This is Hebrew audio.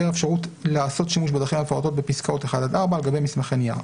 אפשרות לעשות שימוש בדרכים המפורטות בפסקאות (1) עד (4) על גבי מסמכי נייר.